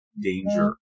danger